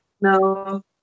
No